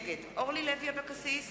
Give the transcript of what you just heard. נגד אורלי לוי אבקסיס,